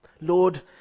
Lord